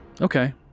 Okay